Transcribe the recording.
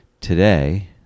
today